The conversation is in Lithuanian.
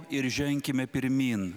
ir ženkime pirmyn